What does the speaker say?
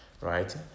right